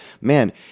Man